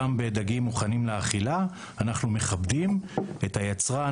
גם בדגים מוכנים לאכילה אנחנו מכבדים את היצרן